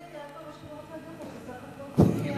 אדוני, כל מה שאני רוצה להגיד לך, שאתה שר חקלאות